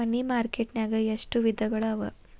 ಮನಿ market ನ್ಯಾಗ್ ಎಷ್ಟವಿಧಗಳು ಅವ?